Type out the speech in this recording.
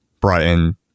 Brighton